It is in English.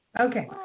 Okay